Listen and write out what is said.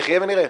נחיה ונראה.